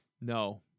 No